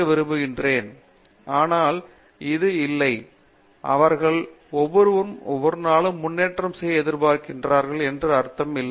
பேராசிரியர் பாபு விசுவநாதன் ஆனால் இது இல்லை அவர்கள் ஒவ்வொரு நாளும் முன்னேற்றம் செய்ய எதிர்பார்க்கிறார்கள் என்று அர்த்தம் இல்லை